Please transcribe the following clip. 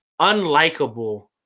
unlikable